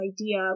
idea